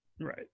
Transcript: right